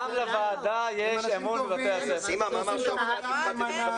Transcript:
הם אנשים טובים שעושים את עבודתם